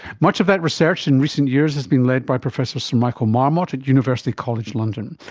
much of that research in recent years has been led by professor sir michael marmot at university college london.